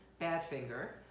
Badfinger